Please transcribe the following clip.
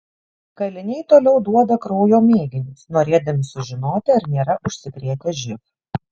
kaliniai toliau duoda kraujo mėginius norėdami sužinoti ar nėra užsikrėtę živ